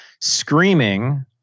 screaming